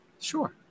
Sure